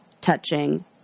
touching